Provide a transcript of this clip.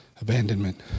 abandonment